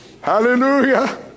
Hallelujah